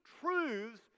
truths